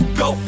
go